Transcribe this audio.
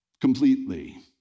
Completely